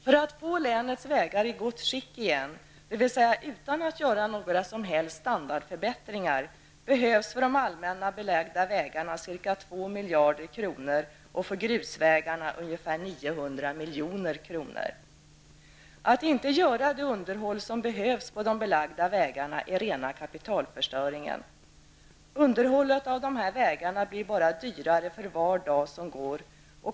För att få vägarna i gott skick igen, utan att göra någon som helst standardförbättring, behövs för de allmänna belagda vägarna ca 2 miljarder kronor och för grusvägarna 900 milj.kr. Att inte göra det underhåll som behövs på de belagda vägarna är rena kapitalförstöringen. Underhållet av de här vägarna blir bara dyrare för var dag som går.